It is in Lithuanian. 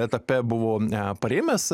etape buvo parėmęs